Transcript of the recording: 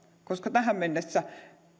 koska tähän mennessä